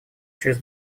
чрез